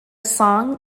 song